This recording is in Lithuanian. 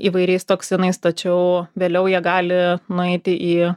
įvairiais toksinais tačiau vėliau jie gali nueiti į